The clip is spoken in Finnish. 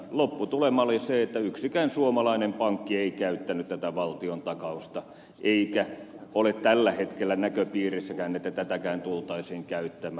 lopputulema oli se että yksikään suomalainen pankki ei käyttänyt tätä valtion takausta eikä ole tällä hetkellä näköpiirissäkään että tätäkään tultaisiin käyttämään